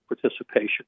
participation